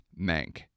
Mank